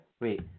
Wait